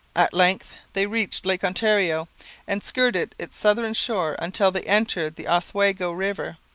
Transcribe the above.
at length they reached lake ontario and skirted its southern shore until they entered the oswego river.